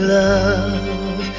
love